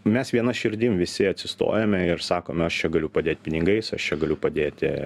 mes viena širdim visi atsistojame ir sakome aš čia galiu padėt pinigais aš čia galiu padėti